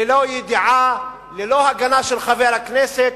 ללא ידיעה, ללא הגנה של חבר הכנסת.